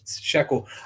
shekel